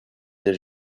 des